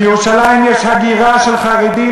מירושלים יש הגירה של חרדים,